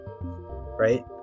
Right